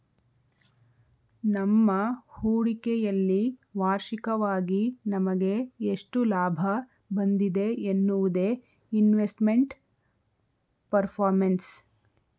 ನಮ್ಮ ಹೂಡಿಕೆಯಲ್ಲಿ ವಾರ್ಷಿಕವಾಗಿ ನಮಗೆ ಎಷ್ಟು ಲಾಭ ಬಂದಿದೆ ಎನ್ನುವುದೇ ಇನ್ವೆಸ್ಟ್ಮೆಂಟ್ ಪರ್ಫಾರ್ಮೆನ್ಸ್